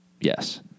Yes